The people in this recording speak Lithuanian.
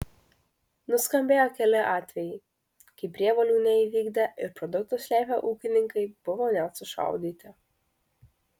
nuskambėjo keli atvejai kai prievolių neįvykdę ir produktus slėpę ūkininkai buvo net sušaudyti